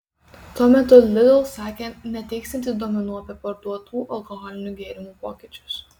tuo metu lidl sakė neteiksiantys duomenų apie parduotų alkoholinių gėrimų pokyčius